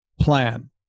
plan